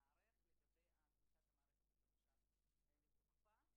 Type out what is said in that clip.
התשע"ט-2018 של חבר הכנסת עודד פורר ורשימת חברי כנסת די ארוכה,